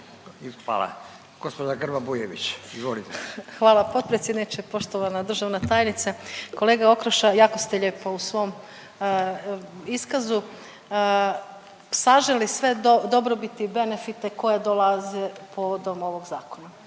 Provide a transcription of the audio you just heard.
izvolite. **Grba-Bujević, Maja (HDZ)** Hvala potpredsjedniče. Poštovana državna tajnice, kolega Okroša jako ste lijepo u svom iskazu saželi sve dobrobiti i benefite koji dolaze povodom ovog zakona.